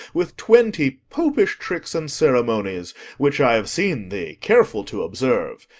with twenty popish tricks and ceremonies which i have seen thee careful to observe,